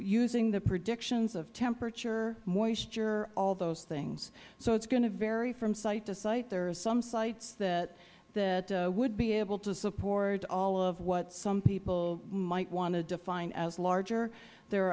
using the predictions of temperature moisture all of those things so it is going to vary from site to site there are some sites that would be able to support all of what some people might want to define as larger there